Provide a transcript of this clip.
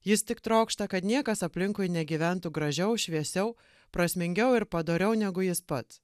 jis tik trokšta kad niekas aplinkui negyventų gražiau šviesiau prasmingiau ir padoriau negu jis pats